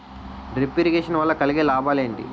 Drip irrigation వల్ల కలిగే లాభాలు ఏంటి?